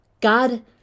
God